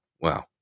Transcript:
wow